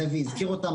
זאב הזכיר אותן,